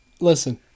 Listen